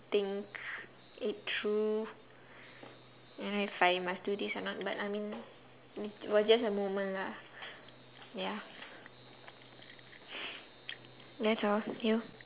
think it through you know if I must do this or not but I mean it was just a moment lah ya that's all ya